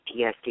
PTSD